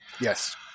yes